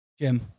Jim